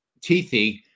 teethy